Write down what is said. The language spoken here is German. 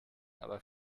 aber